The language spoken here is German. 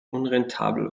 unrentabel